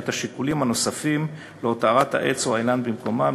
את השיקולים הנוספים להותרת העץ או האילן במקומם,